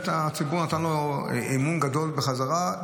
הציבור באמת נתן בו אמון גדול בחזרה,